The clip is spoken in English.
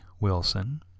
Wilson